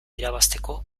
irabazteko